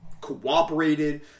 cooperated